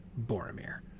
Boromir